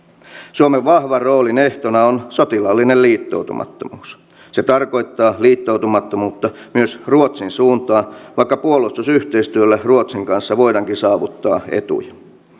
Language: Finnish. suomen vahvan roolin ehtona on sotilaallinen liittoutumattomuus se tarkoittaa liittoutumattomuutta myös ruotsin suuntaan vaikka puolustusyhteistyöllä ruotsin kanssa voidaankin saavuttaa etuja